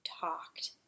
talked